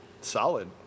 Solid